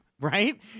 Right